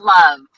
love